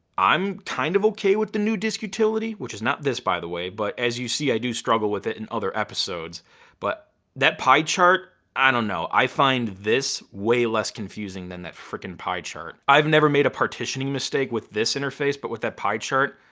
i'm kind of okay with the new disk utility, which is not this by the way. but as you see i do struggle with it in other episodes but that pie chart, i don't know. i find this way less confusing than that frickin' pie chart. i've never made a partitioning mistake with this interface but with that pie chart,